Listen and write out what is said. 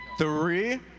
three,